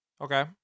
Okay